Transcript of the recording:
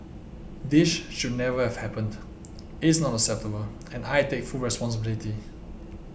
this should never have happened is not acceptable and I take full responsibility